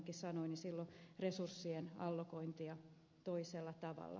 södermankin sanoi resurssien allokointia toisella tavalla